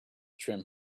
trim